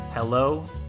Hello